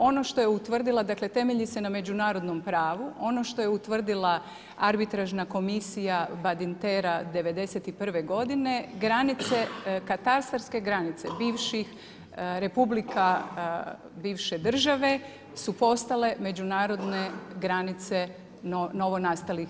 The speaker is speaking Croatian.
Ono što je utvrdila, dakle, temelji se na međunarodnom pravu, ono što je utvrdila, arbitražna komisija Banditera '91. g. granice katastarske granice, bivših republika, bivše države, su postale međunarodne granice novonastalih